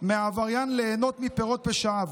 מהעבריין ליהנות מפירות פשעיו,